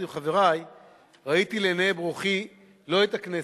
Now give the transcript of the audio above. עם חברי ראיתי לעיני רוחי לא את הכנסת.